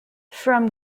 from